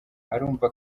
arumva